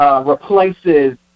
Replaces